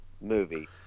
movie